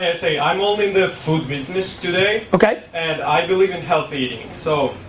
i say i'm holding the food business today okay. and i believe in healthy eating so,